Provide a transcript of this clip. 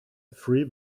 three